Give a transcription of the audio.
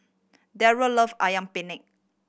Derrell love Ayam Penyet